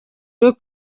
rwo